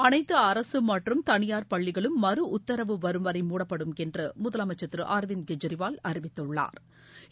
அனைத்து அரசு மற்றும் தனியார் பள்ளிகளும் மறுஉத்தரவு வரும் வரை மூடப்படும் என்று முதலமைச்சா் திரு அரவிந்த் கெஜ்ரிவால் அறிவித்துள்ளாா்